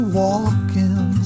walking